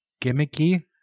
gimmicky